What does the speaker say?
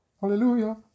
hallelujah